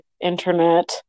internet